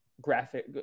graphic